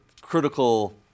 critical